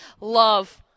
love